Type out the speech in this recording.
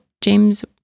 james